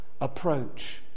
approach